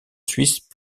suisse